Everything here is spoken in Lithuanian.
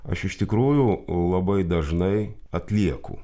aš iš tikrųjų labai dažnai atlieku